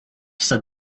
said